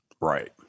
Right